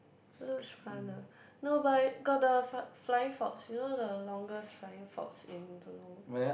luge fun ah no but I got the fly flying fox you know the longest flying fox in don't know